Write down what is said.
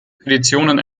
petitionen